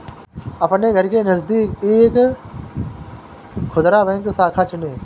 अपने घर के नजदीक एक खुदरा बैंक शाखा चुनें